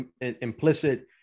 implicit